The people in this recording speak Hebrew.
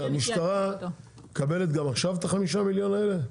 היא מקבלת גם עכשיו את החמישה מיליון האלה?